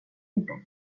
inte